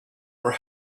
were